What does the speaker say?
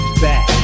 back